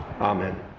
Amen